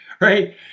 right